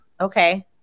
Okay